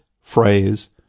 phrase